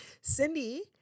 Cindy